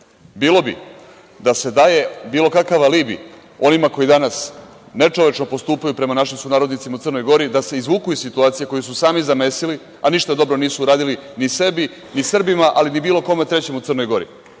bilo bi da se daje bilo kakav alibi onima koji danas nečovečno postupaju prema našim sunarodnicima u Crnoj Gori, da se izvuku iz situacije koju su sami zamesili, a ništa dobro nisu uradili ni sebi ni Srbima, ali bi bilo kome trećem u Crnoj Gori,